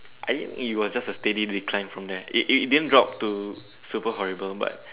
I think it was just a steady decline from there it it didn't drop to super horrible but